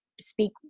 speak